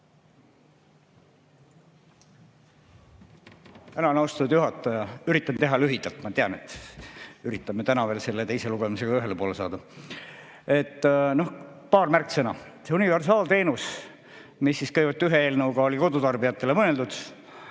Tänan, austatud juhataja! Üritan teha lühidalt. Ma tean, et me üritame täna veel teise lugemisega ühele poole saada. Paar märksõna. See universaalteenus, mis kõigepealt ühe eelnõuga oli kodutarbijatele mõeldud